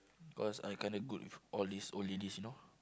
cause I kinda good with all these old ladies you know